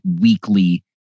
weekly